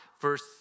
verse